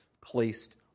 placed